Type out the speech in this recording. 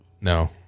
no